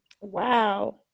wow